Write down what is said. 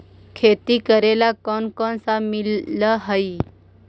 खेती करेला कौन कौन लोन मिल हइ?